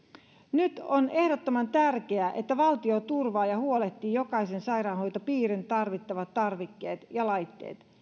nyt on ehdottoman tärkeää että valtio turvaa ja huolehtii jokaisen sairaanhoitopiirin tarvitsemat tarvikkeet ja laitteet